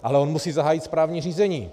Ale on musí zahájit správní řízení.